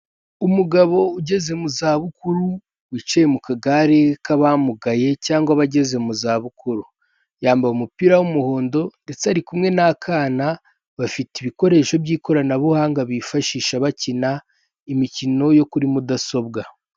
Umugabo ugeze mu zabukuru, wicaye mu kagare k'abamugaye cyangwa abageze mu zabukuru. Yambaye umupira w'umuhondo ndetse ari kumwe n'akana, bafite ibikoresho by'ikoranabuhanga bifashisha bakina imikino yo kuri mudasobwa.